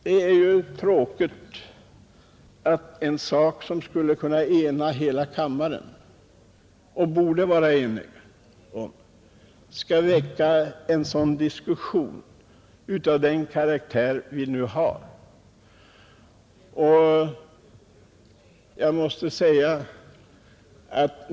Det är tråkigt att en sak som hela kammaren borde kunna vara överens om skall väcka en diskussion av den karaktär som vi nu har.